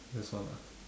that's one ah